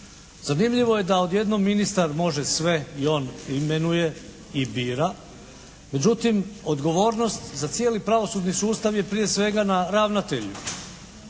Zanimljivo je da odjednom ministar može sve i on imenuje i bira. Međutim odgovornost za cijeli pravosudni sustav je prije svega na ravnatelju.